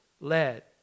led